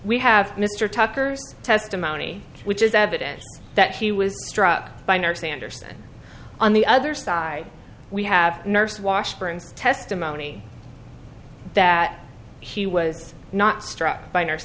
we have mr tucker's testimony which is evidence that he was struck by nurse anderson on the other side we have nursed washburn's testimony that he was not struck by our